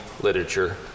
literature